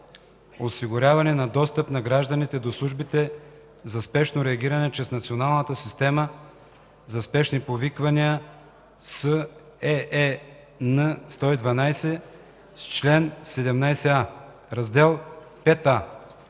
Осигуряване на достъп на гражданите до службите за спешно реагиране чрез Националната система за спешни повиквания с ЕЕН 112 Чл. 17а.